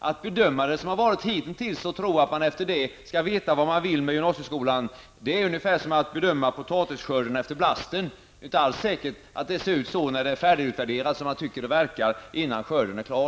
Att bedöma det som har varit hittills och tro att man efter det skall veta vad man vill med gymnasieskolan, är ungefär som att bedöma potatisskörden efter blasten. Det är inte alls säkert att det ser ut så när det är färdigutarbetat som man tycker att det verkar innan skörden är klar.